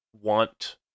want